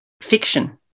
fiction